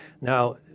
Now